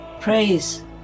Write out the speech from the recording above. praise